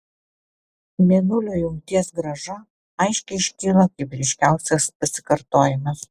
mėnulio jungties grąža aiškiai iškyla kaip ryškiausias pasikartojimas